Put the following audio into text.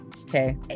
Okay